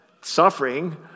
suffering